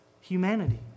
humanity